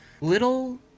little